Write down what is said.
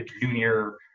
junior